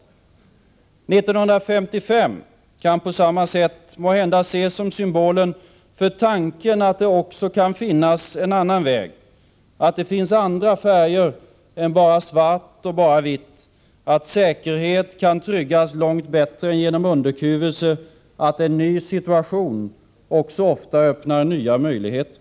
1955 kan på samma sätt måhända ses som symbolen för tanken att det också kan finnas en annan väg, att det finns andra färger än bara svart och vitt, att säkerhet kan tryggas långt bättre än genom underkuvelse, att en ny situation också ofta öppnar nya möjligheter.